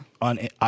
on